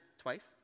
twice